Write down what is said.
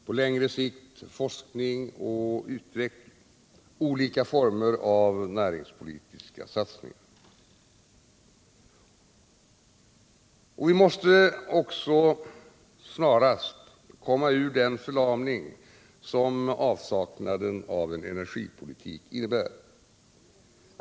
På längre sikt forskning och utveckling, olika former av näringspolitiska satsningar. Vi måste också snarast komma ur den förlamning som avsaknaden av en energipolitik innebär.